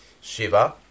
Shiva